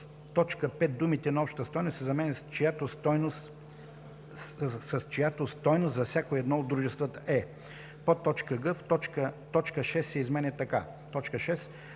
в т. 5 думите „на обща стойност“ се заменят с „чиято стойност за всяко едно от дружествата е“; г) точка 6 се изменя така: